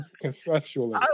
conceptually